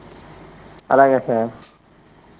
అలాగే సార్